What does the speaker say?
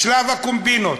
שלב הקומבינות.